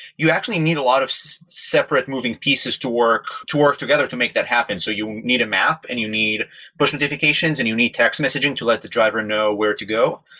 you actually need a lot of separate moving pieces to work to work together to make that happen. so you need a map and you need push notifications and you need text messaging to let the driver know where to go.